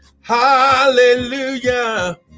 Hallelujah